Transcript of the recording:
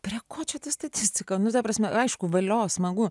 prie ko čia ta statistika nu ta prasme aišku valio smagu